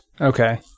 Okay